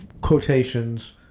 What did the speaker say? quotations